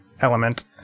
element